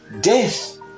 death